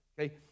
okay